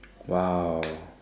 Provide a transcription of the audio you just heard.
!wow!